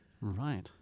Right